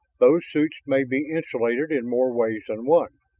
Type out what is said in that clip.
those suits may be insulated in more ways than one